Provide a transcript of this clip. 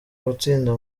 gutsinda